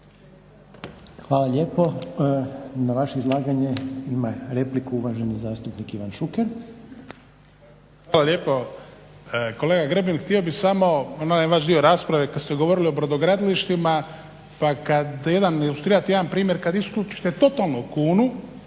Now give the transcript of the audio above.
Hvala lijepo. Na vaše izlaganje ima repliku uvaženi zastupnik Ivan Šuker. **Šuker, Ivan (HDZ)** Hvala lijepo. Kolega Grbin htio bih samo onaj vaš dio rasprave kad ste govorili o brodogradilištima, pa kad ilustrirate jedan primjer kad isključite totalno kunu,